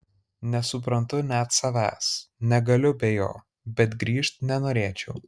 nesuprantu net savęs negaliu be jo bet grįžt nenorėčiau